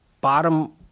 bottom